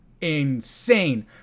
insane